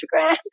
Instagram